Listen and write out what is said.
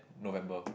November